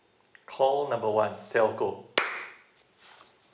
call number one telco